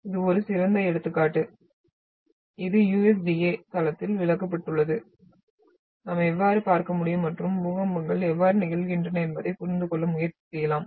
இது ஒரு சிறந்த எடுத்துக்காட்டு இது USDA தளத்தில் விளக்கப்பட்டுள்ளது நாம் எவ்வாறு பார்க்க முடியும் மற்றும் பூகம்பங்கள் எவ்வாறு நிகழ்கின்றன என்பதைப் புரிந்து கொள்ள முயற்சி செய்யலாம்